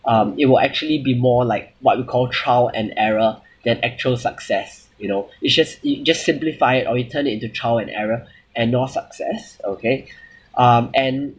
um it will actually be more like what we call trial and error than actual success you know it's just it's just simplify it or it turn it into trial and error and not success okay um and